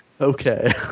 Okay